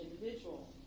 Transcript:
individual